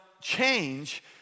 change